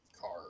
Car